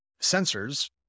sensors